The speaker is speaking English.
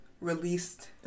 released